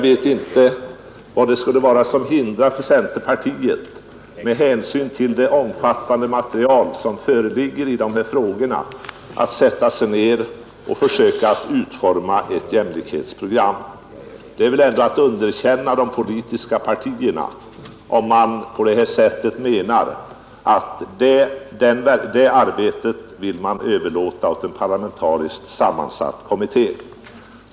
Med hänsyn till det omfattande material som föreligger i dessa frågor vet jag inte vad som skulle hindra att man inom centerpartiet sätter sig ned och försöker utforma ett jämlikhetsprogram. Det vore väl ändå ett underkännande av de politiska partierna, om man vill överlåta detta arbete på en parlamentariskt sammansatt kommitté.